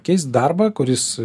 keis darbą kuris